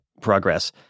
progress